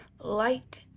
light